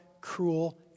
cruel